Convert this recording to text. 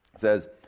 says